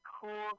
cool